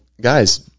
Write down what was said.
guys